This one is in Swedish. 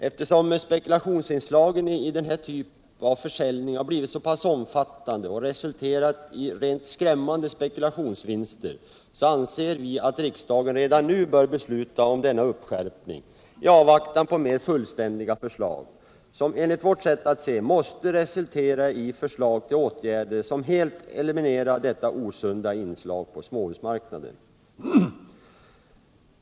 Eftersom spekulationsinslagen i den här typen av försäljning har blivit så pass omfattande och resulterat i rent skrämmande spekulationsvinster, anser vi att riksdagen redan nu bör besluta om denna uppskärpning i avvaktan på mer fullständiga förslag, som enligt vårt sätt att se måste resultera i förslag till åtgärder som helt eliminerar detta osunda inslag på småhusmarknaden.